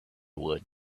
would